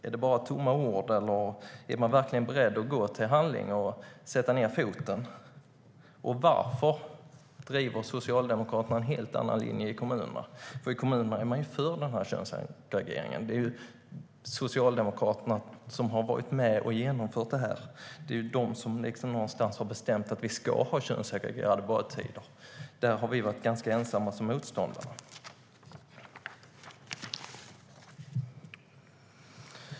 Är det bara tomma ord, eller är man verkligen beredd att gå till handling och sätta ned foten? Och varför driver Socialdemokraterna en helt annan linje i kommunerna? I kommunerna är man för den här könssegregeringen. Det är Socialdemokraterna som har varit med och genomfört detta. Det är de som har bestämt att vi ska ha könssegregerade badtider. Där har vi varit ganska ensamma som motståndare.